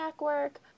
work